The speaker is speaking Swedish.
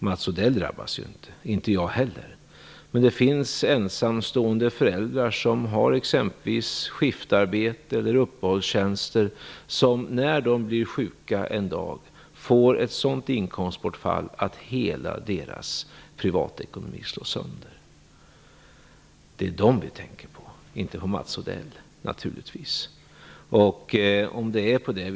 Mats Odell drabbas ju inte, inte heller jag drabbas. Men det finns ensamstående föräldrar som har t.ex. skiftarbete eller uppehållstjänster. När de sedan blir sjuka får de ett sådant inkomstbortfall att hela deras privatekonomi slås sönder. Det är dessa människor som vi tänker på och naturligtvis inte på Mats Odell.